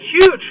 huge